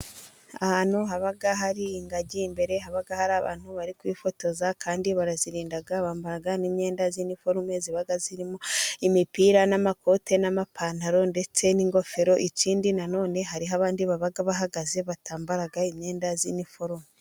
Ahantu haba hari ingagi imbere, haba hari abantu bari kwifotoza, kandi barazirinda, bambara n'imyenda y'inforume, ziba zirimo imipira n'amakote n'amapantaro ndetse n'ingofero, ikindi nanone hari abandi baba bahagaze batambara imyenda y'inifurume.